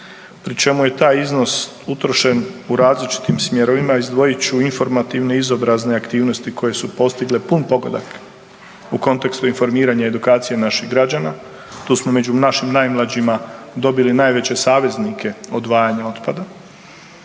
pri čemu je taj iznos utrošen u različitim smjerovima. Izdvojit ću informativne izobrazbe aktivnosti koje su postigle pun pogodak u kontekstu informiranja i edukacije naših građana. Tu smo među našim najmlađima dobili najveće saveznike odvajanja otpada